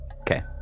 Okay